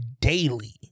daily